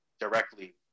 directly